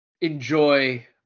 enjoy